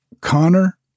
Connor